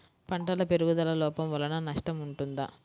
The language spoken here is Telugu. పంటల పెరుగుదల లోపం వలన నష్టము ఉంటుందా?